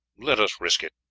let us risk it.